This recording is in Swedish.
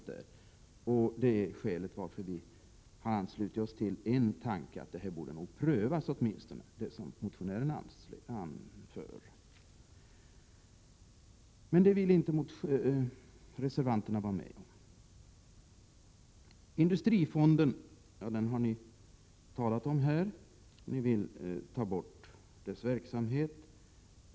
Det är skälet till att utskottsmajoriteten har anslutit sig till tanken att motionärernas förslag borde prövas. De borgerliga partierna tar upp Industrifonden i två reservationer.